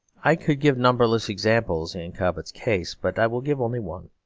i could give numberless examples in cobbett's case, but i will give only one.